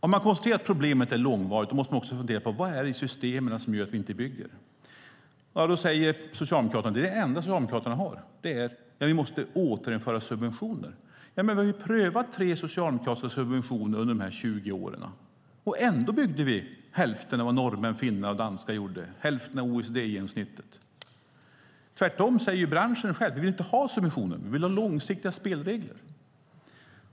Har man konstaterat att problemet är långvarigt måste man också fundera på vad det är i systemen som gör att vi inte bygger. Då säger Socialdemokraterna - det är det enda Socialdemokraterna har - att vi måste återinföra subventioner. Men vi har ju prövat tre socialdemokratiska subventioner under de här 20 åren. Ändå byggde vi hälften av vad norrmän, finnar och danskar gjorde, hälften av OECD-genomsnittet. Branschen själv säger tvärtom. De vill inte ha subventioner. De vill ha långsiktiga spelregler.